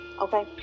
Okay